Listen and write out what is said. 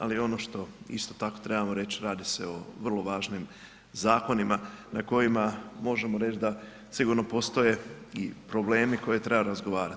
Ali ono što isto tako trebamo reć radi se o vrlo važnim zakonima na kojima možemo reć da sigurno postoje i problemi koje treba razgovarat.